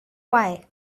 why